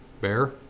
Bear